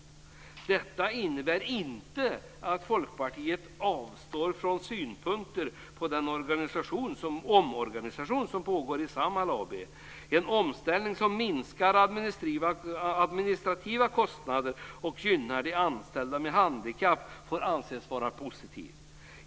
Det innebär inte att Folkpartiet avstår från att ha synpunkter på den omorganisation som pågår inom Samhall AB. En omställning som minskar administrativa kostnader och som gynnar de anställda med handikapp får anses vara positiv.